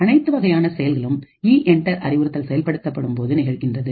அனைத்து வகையான செயல்களும் இஎன்டர் அறிவுறுத்தல் செயல்படுத்தப்படும் போது நிகழ்கின்றது